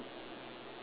ya sure